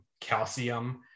calcium